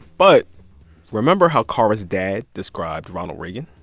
but remember how kara's dad described ronald reagan?